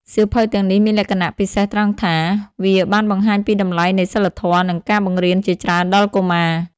សៀវភៅទាំងនេះមានលក្ខណៈពិសេសត្រង់ថា វាបានបង្ហាញពីតម្លៃនៃសីលធម៌ និងការបង្រៀនជាច្រើនដល់កុមារ។